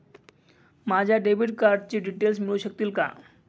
माझ्या डेबिट कार्डचे डिटेल्स मिळू शकतील का?